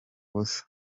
busa